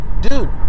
dude